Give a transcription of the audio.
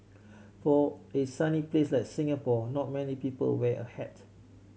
for a sunny place like Singapore not many people wear a hat